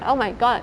oh my god